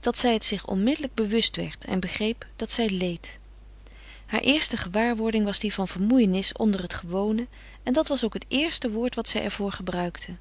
dat zij het zich onmiddellijk bewust werd en begreep dat zij leed haar eerste gewaarwording was die van vermoeienis onder het gewone en dat was ook het eerste woord wat zij er voor gebruikte